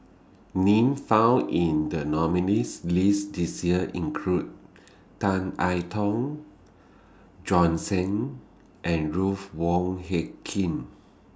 Names found in The nominees' list This Year include Tan I Tong Bjorn Shen and Ruth Wong Hie King